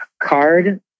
Card